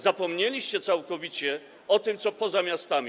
Zapomnieliście całkowicie o tym, co jest poza miastami.